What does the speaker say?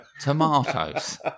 tomatoes